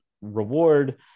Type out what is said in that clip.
reward